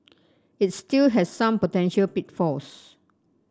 it still has some potential pitfalls